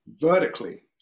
vertically